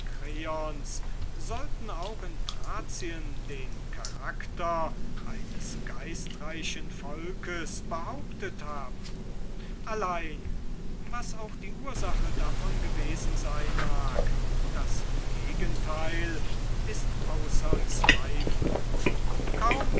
sollten auch in thracien den charakter eines geistreichen volkes behauptet haben allein was auch die ursache davon gewesen sein mag das gegenteil ist außer zweifel kaum